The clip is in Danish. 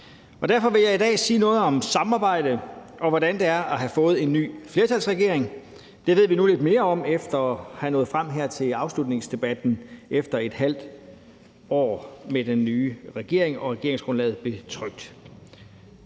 Derfor vil jeg i dag sige noget om samarbejde og hvordan det er at have fået en ny flertalsregering. Det ved vi nu lidt mere om efter at være nået frem til afslutningsdebatten her efter et halvt år med den nye regering, og et halvt år efter regeringsgrundlaget blev trykt.